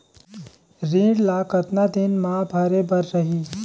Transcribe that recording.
ऋण ला कतना दिन मा भरे बर रही?